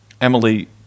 Emily